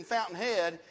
Fountainhead